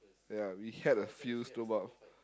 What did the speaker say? ya we had a few